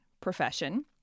profession